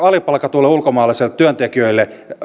alipalkatuille ulkomaalaisille työntekijöille